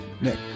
Nick